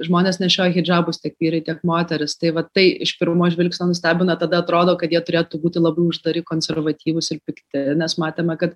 žmonės nešioja hidžabus tiek vyrai tiek moterys tai va tai iš pirmo žvilgsnio nustebina tada atrodo kad jie turėtų būti labai uždari konservatyvūs ir pikti nes matėme kad